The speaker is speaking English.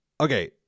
okay